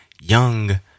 young